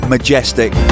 majestic